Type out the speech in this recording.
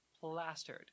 plastered